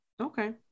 okay